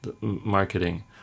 marketing